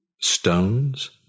Stones